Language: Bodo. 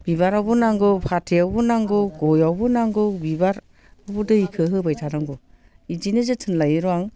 बिबारावबो नांगौ फाथैआवबो नांगौ गयावबो नांगौ बिबारावबो दैखो होबायथानांगो इदिनो जोथोन लायो र' आं